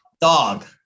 dog